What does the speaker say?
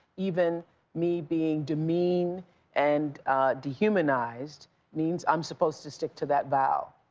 even me being demeaned and dehumanized means i'm supposed to stick to that vow.